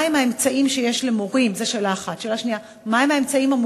2. מה הם האמצעים שיש למורים היום, לעשות?